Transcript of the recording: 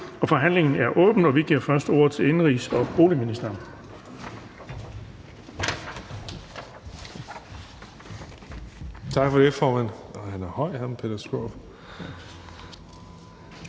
Forhandlingen er åbnet, og vi giver først ordet til indenrigs- og boligministeren.